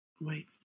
wait